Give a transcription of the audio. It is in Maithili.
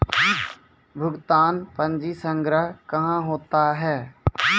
भुगतान पंजी संग्रह कहां होता हैं?